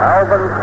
Alvin